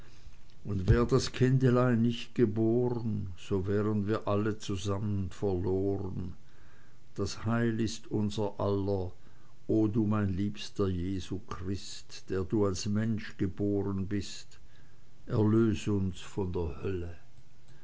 und wär das kindelein nicht geborn so wären wir alle zusammen verlorn das heil ist unser aller o du mein liebster jesu christ der du als mensch geboren bist erlös uns von der hölle